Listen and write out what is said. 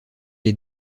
les